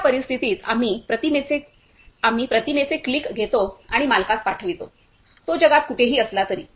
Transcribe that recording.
अशा परिस्थितीत आम्ही प्रतिमेचे क्लिक घेतो आणि मालकास पाठवितो तो जगात कुठेही असला तरी